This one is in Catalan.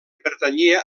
pertanyia